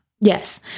Yes